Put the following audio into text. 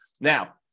now